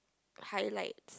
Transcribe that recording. highlights